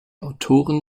autoren